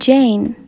Jane